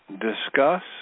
discuss